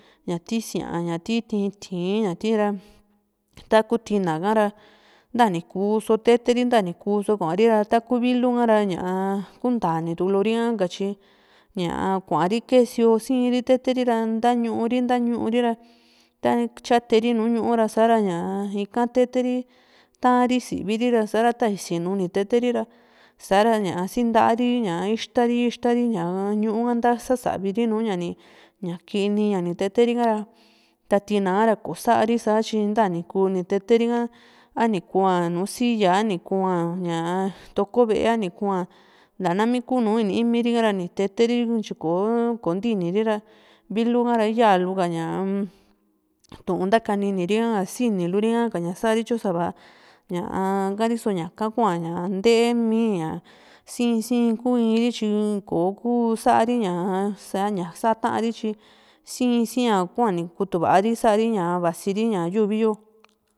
ña ti síaa ña ti tii´n ti´ín ra taku tina hara ntani kuso teteri ntanikusi kuari taku vilu ara ñaa kuntani túkulu ria katyi ñá kuari kee sío siiri teteri ra ntañu´u ri ntañu´u ri ra ta tyateri nu ñu´u ra sara ña ika tete ri ta´n ri siviri ra tani sinu ni teteri ra sara ña sii ntaa ri ña ixtari ixtari ñu´ù ka ntasa saviri nu ña nùù ña kini ni teteri ra ta tina ara kosari ha satyi ntani ku ni teteri´ha ani kua nùù silla a nikua ña toko ve´e a nikua nta nami ninímiri ra teteri tyi ko kontiniri ra vilu ka´ra yaa luka ñaa Tu'un ntakanini ri a siniluri haka ña sari tyo sava ñaka kua´ña ntee mii ña sìin sìin kuu iiri tyi koku saari ña saña sa tari tyi sìin sìia ni kutuva ri sari ña vasiri ña yuvi